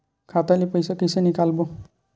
खाता ले पईसा कइसे निकालबो?